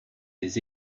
des